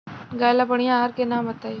गाय ला बढ़िया आहार के नाम बताई?